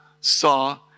saw